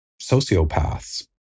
sociopaths